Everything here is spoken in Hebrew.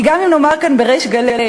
כי גם אם נאמר כאן בריש גלי,